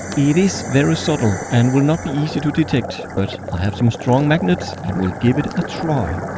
it is very subtle and will not be easy to detect but i have some strong magnets and will give it a try.